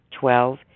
Twelve